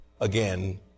again